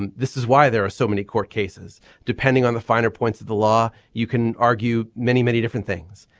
and this is why there are so many court cases depending depending on the finer points of the law. you can argue many many different things.